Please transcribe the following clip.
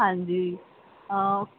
ਹਾਂਜੀ ਹਾਂ